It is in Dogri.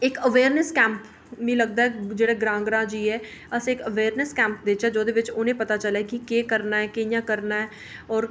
इक अवेयरनैस्स कैंप मिगी लगदा ऐ जेह्ड़ा ग्रांऽ ग्रांऽ च जाइयै अस इक अवेयरनैस्स कैंप देचे ते ओहेदे बिच उ'नें ई पता चलै कि केह् करना ऐ कि'यां करना ऐ और